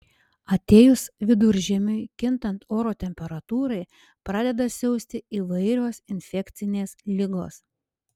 atėjus viduržiemiui kintant oro temperatūrai pradeda siausti įvairios infekcinės ligos